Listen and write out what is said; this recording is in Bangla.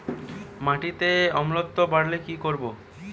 মাটিতে অম্লত্ব বাড়লে কি করব?